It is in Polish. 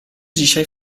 dzisiaj